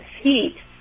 heat